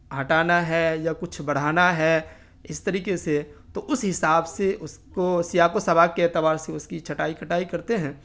ہٹانا ہے یا کچھ بڑھانا ہے اس طریقے سے تو اس حساب سے اس کو سیاق و سباق کے اعتبار سے اس کی چھٹائی کٹائی کرتے ہیں